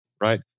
right